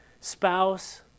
spouse